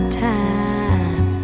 time